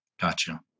Gotcha